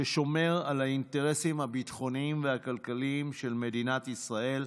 ששומר על האינטרסים הביטחוניים והכלכליים של מדינת ישראל.